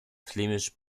flämisch